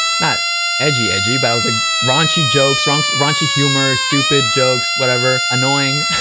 not edgy-edgy but i was, like, raunchy jokes, raun raunchy humor, stupid jokes, whatever. annoying.